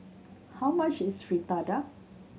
how much is Fritada